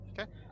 Okay